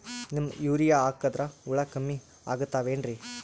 Neem urea ಹಾಕದ್ರ ಹುಳ ಕಮ್ಮಿ ಆಗತಾವೇನರಿ?